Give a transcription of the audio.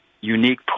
unique